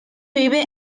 vive